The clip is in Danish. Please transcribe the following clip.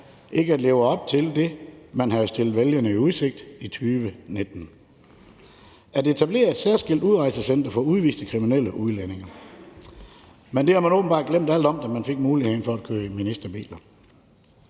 ikke at leve op til det, man havde stillet vælgerne i udsigt i 2019, nemlig at etablere et særskilt udrejsecenter for udviste kriminelle udlændinge. Men det havde man åbenbart glemt alt om, da man fik muligheden for at køre i ministerbiler.